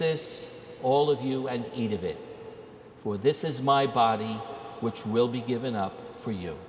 this all of you and eat of it for this is my body which will be given up for you